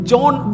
John